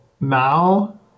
now